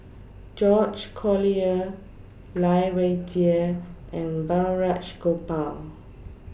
George Collyer Lai Weijie and Balraj Gopal